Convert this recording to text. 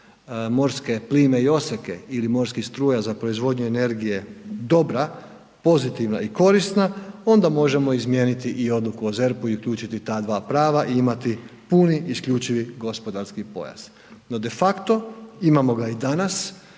morske plime i oseke ili morskih struja za proizvodnju energije dobra, pozitivna i korisna onda možemo izmijeniti i odluku o ZERP-u i uključiti ta dva prava i imati puni isključivi gospodarski pojas. No, de facto imamo ga i danas